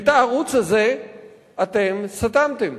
את הערוץ הזה אתם סתמתם,